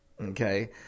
Okay